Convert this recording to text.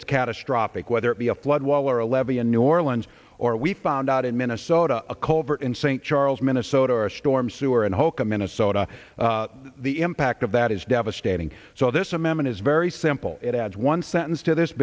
it's catastrophic whether it be a flood wall or a levee in new orleans or we found out in minnesota a culvert in st charles minnesota or a storm sewer and hokum minnesota the impact of that is devastating so this amendment is very simple it adds one sentence to this